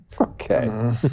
Okay